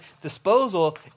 disposal